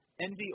envy